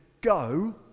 go